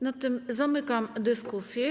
Na tym zamykam dyskusję.